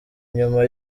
nyuma